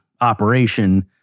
operation